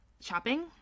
shopping